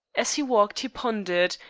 as he walked he pondered,